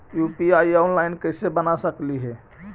UPI online कैसे बना सकली हे?